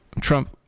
Trump